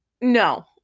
no